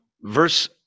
verse